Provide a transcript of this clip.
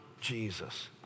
Jesus